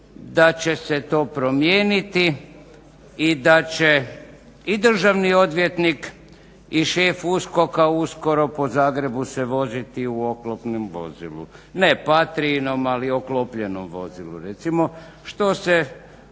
da će se to promijeniti i da će i državni odvjetnik i šef USKOK-a uskoro po Zagrebu se voziti u oklopnom vozilu, ne patrijinom, ali oklepljenom vozilu recimo što je